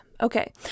Okay